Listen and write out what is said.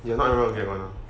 ya everyone will get one ah